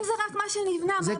אם זה רק מה שנבנה, מה הבעיה?